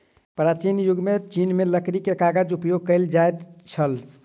प्राचीन युग में चीन में लकड़ी के कागज उपयोग कएल जाइत छल